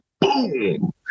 boom